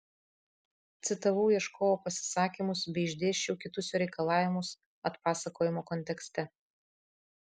citavau ieškovo pasisakymus bei išdėsčiau kitus jo reikalavimus atpasakojimo kontekste